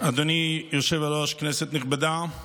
אדוני היושב-ראש, כנסת נכבדה,